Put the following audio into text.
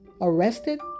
arrested